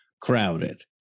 Crowded